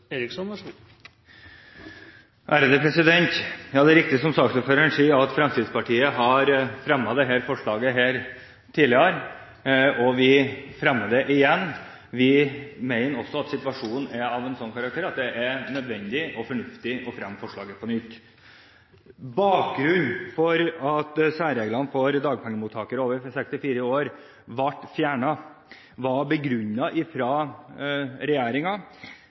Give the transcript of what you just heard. riktig som saksordføreren sier, at Fremskrittspartiet har fremmet dette forslaget tidligere, og vi fremmer det igjen. Vi mener også at situasjonen er av en slik karakter at det er nødvendig og fornuftig å fremme forslaget på nytt. Bakgrunnen for at særreglene for dagpengemottakere over 64 år ble fjernet, var